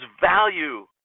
value